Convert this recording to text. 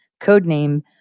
codename